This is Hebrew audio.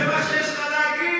זה מה שיש לך להגיד?